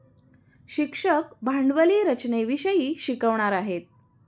शिक्षक भांडवली रचनेविषयी शिकवणार आहेत